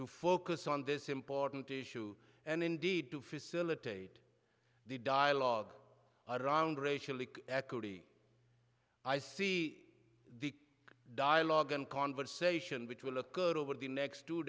to focus on this important issue and indeed to facilitate the dialogue around racially accurately i see the dialogue and conversation which will occur over the next two